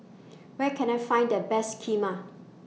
Where Can I Find The Best Kheema